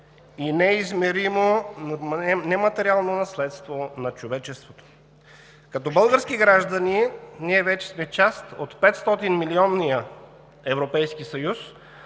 и неизмеримо материално наследство на човечеството. Като български граждани, ние вече сме част от 500 милионния